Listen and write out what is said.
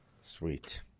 sweet